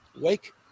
Wake